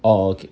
oh okay